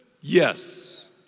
yes